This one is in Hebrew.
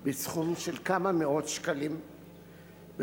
בסכום של כמה מאות שקלים בחודש,